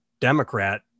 democrat